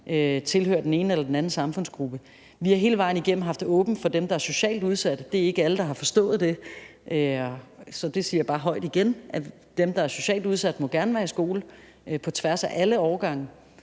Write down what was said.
tilhører den ene eller den anden samfundsgruppe. Vi har hele vejen igennem haft åbent for dem, der er socialt udsatte. Det er ikke alle, der har forstået det. Så det siger jeg bare højt igen: Dem, der er socialt udsatte, må gerne være i skole på tværs af alle årgange.